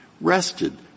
rested